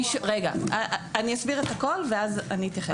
רגע, אני אסביר את הכול ואז אני אתייחס.